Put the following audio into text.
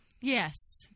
Yes